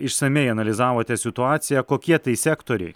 išsamiai analizavote situaciją kokie tai sektoriai